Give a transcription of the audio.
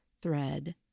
thread